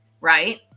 right